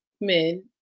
men